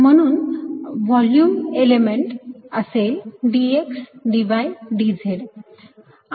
म्हणून volume element असेल dxdydz